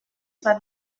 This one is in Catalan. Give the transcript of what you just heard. van